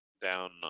down